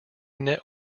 net